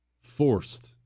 forced